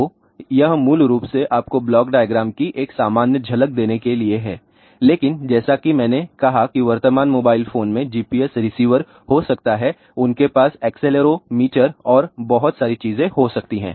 तो यह मूल रूप से आपको ब्लॉक डायग्राम की एक सामान्य झलक देने के लिए है लेकिन जैसा कि मैंने कहा कि वर्तमान मोबाइल फोन में GPS रिसीवर हो सकता है उनके पास एक्सेलेरोमीटर और बहुत सारी चीजें हो सकती हैं